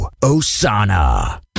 Osana